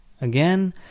Again